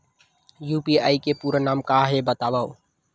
UPI के पूरा नाम का हे बतावव?